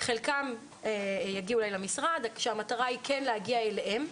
חלקם יגיעו אלי למשרד כשהמטרה היא כן להגיע אליהם.